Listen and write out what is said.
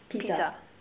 Pizza